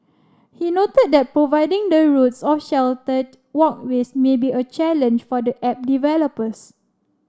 he noted that providing the routes of sheltered walkways may be a challenge for the app developers